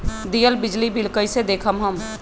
दियल बिजली बिल कइसे देखम हम?